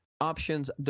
options